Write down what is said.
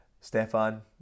Stefan